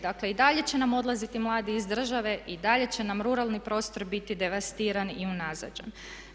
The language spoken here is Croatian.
Dakle i dalje će nam odlaziti mladi iz države, i dalje će nam ruralni prostor biti devastiran i unazađen.